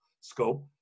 scope